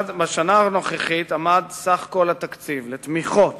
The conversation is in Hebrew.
בשנה הנוכחית עמד סך כל התקציב לתמיכות